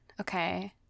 okay